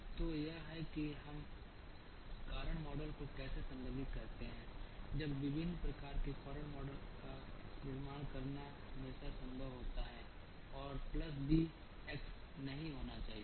तो यह है कि अब हम कारण मॉडल को कैसे संबोधित करते हैं जब विभिन्न प्रकार के कारण मॉडल का निर्माण करना हमेशा संभव होता है और प्लस बी x नहीं होना चाहिए